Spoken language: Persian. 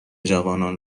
جوانان